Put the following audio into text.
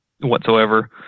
whatsoever